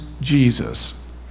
Jesus